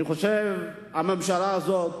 אני חושב שהממשלה הזאת,